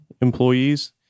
employees